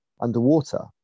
underwater